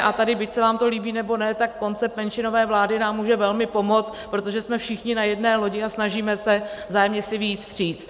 A tady, byť se vám to líbí, nebo ne, tak koncept menšinové vlády nám může velmi pomoci, protože jsme všichni na jedné lodi a snažíme se vzájemně si vyjít vstříc.